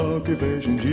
Occupation